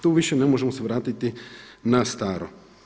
Tu više ne možemo se vratiti na staro.